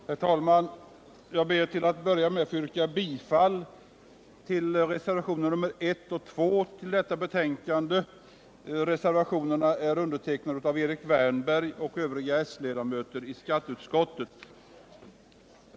Herr talman! Jag ber till att börja med att få yrka bifall till reservationerna 1 och 2 vid detta betänkande. Reservationerna är undertecknade av Erik Wärnberg och övriga s-ledamöter i skatteutskottet.